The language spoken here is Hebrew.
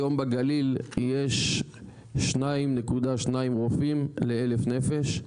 היום בגליל יש 2.2 רופאים ל-1,000 נפש,